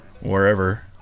wherever